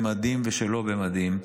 במדים ושלא במדים,